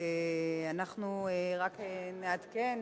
אנחנו רק נעדכן,